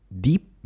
deep